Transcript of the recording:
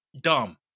Dumb